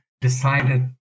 decided